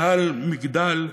טל מגדל,